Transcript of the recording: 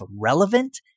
relevant